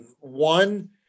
One